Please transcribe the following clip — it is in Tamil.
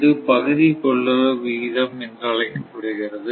இது பகுதி கொள்ளளவு விகிதம் என்று அழைக்கப்படுகிறது